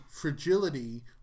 fragility